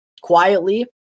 quietly